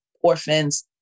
orphans